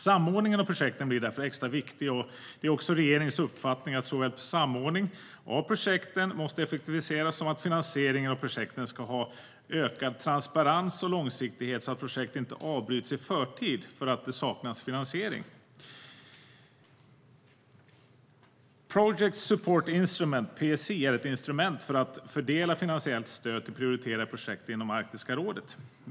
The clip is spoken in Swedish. Samordningen av projekten blir därför extra viktig, och det är regeringens uppfattning både att samordningen av projekten måste effektiviseras och att finansieringen av projekten ska ha ökad transparens och långsiktighet så att projekt inte avbryts i förtid för att det saknas finansiering. Project Support Instrument, PSI, är ett instrument för att fördela finansiellt stöd till prioriterade projekt inom Arktiska rådet.